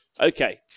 Okay